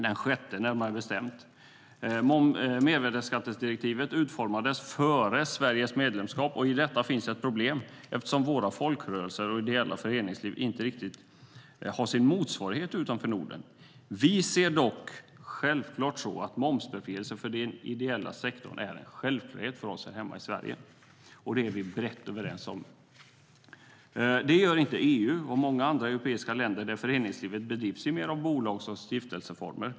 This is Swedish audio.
Mervärdesskattedirektivet utformades före Sveriges medlemskap, och i detta finns ett problem eftersom våra folkrörelser och vårt ideella föreningsliv inte riktigt har sin motsvarighet utanför Norden. Vi ser momsbefrielse för den ideella sektorn som en självklarhet för oss här hemma i Sverige. Det är vi brett överens om. EU och många andra europeiska länder ser inte detta som en självklarhet, där föreningslivet bedrivs mer i bolags och stiftelseformer.